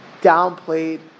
downplayed